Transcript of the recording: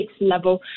level